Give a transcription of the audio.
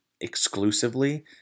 exclusively